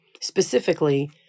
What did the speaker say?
specifically